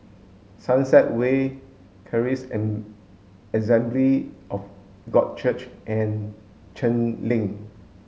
Sunset Way Charis an of God Church and Cheng Lin